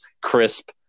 crisp